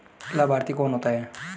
लाभार्थी कौन होता है?